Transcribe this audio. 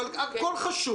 הכול חשוב.